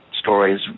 stories